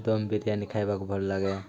ଦମ୍ ବିରିୟାନୀ ଖାଇବାକୁ ଭଲ ଲାଗେ